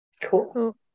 Cool